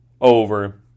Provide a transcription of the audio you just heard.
over